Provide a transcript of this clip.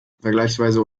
vergleichsweise